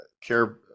care